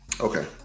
Okay